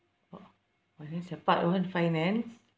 !wah! I think it's uh part one finance